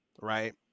right